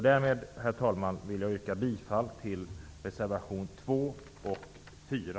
Därmed, herr talman, vill jag yrka bifall till reservationerna 2 och 4.